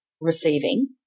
receiving